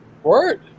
word